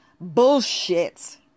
bullshit